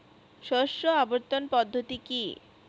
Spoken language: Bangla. শস্য আবর্তন পদ্ধতি কি?